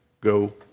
Go